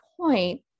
point